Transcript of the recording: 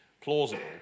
plausible